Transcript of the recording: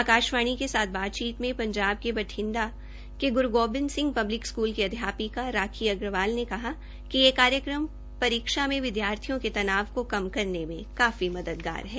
आकाशवाणी के साथ बातचीत में पंजाब के बठिंडा के गुरू गोविंद सिंह पब्लिक स्कूल की अध्यापिका राखी अग्रवाल ने कहा कि यह कार्यक्रम परीक्षा विद्यार्थियों में तनाव को कम करने में काफी मददगार है